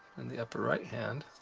and the upper right hand,